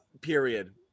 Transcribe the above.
Period